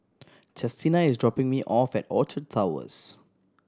Chestina is dropping me off at Orchard Towers